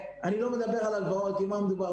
ואני לא מדבר על הלוואות, כי על מה מדובר?